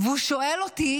והוא שואל אותי